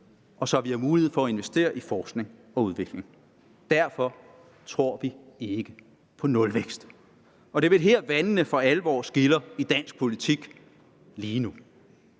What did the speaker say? og så vi har mulighed for at investere i forskning og udvikling. Derfor tror vi ikke på nulvækst. Det er vel her vandene for alvor skiller i dansk politik lige nu.